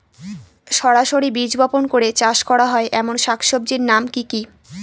সরাসরি বীজ বপন করে চাষ করা হয় এমন শাকসবজির নাম কি কী?